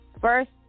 first